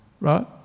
right